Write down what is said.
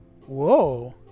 whoa